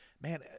man